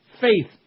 Faith